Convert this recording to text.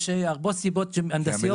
יש הרבה סיבות הנדסיות לכך.